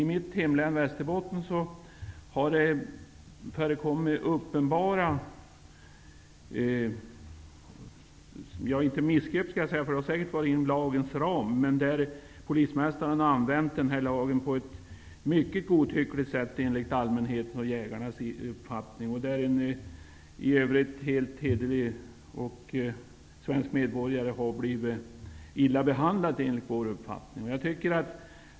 I mitt hemlän, Västerbottens län, har det förekommit uppenbara fall -- jag skall inte säga missgrepp, eftersom det säkert har varit inom lagens ram -- där polismästaren enligt jägarnas och den övriga allmänhetens uppfattning har använt lagen på ett mycket godtyckligt sätt. En hederlig, svensk medborgare har enligt vår uppfattning blivit illa behandlad.